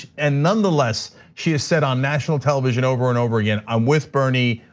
and nonetheless, she has said on national television over and over again, i'm with bernie,